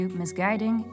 misguiding